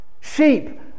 Sheep